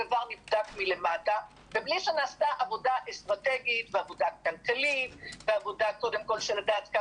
נבדק מלמטה ונעשתה עבודה אסטרטגית ועבודה כלכלית ולדעת מה